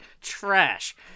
trash